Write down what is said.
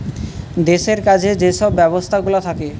দেশের কাজে যে সব ব্যবস্থাগুলা থাকে